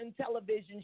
television